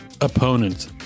opponent